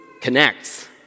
connects